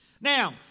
Now